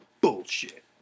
bullshit